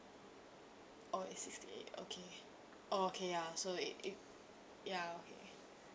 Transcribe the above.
oh it's sixty eight okay oh okay ya so it it ya okay